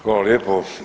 Hvala lijepo.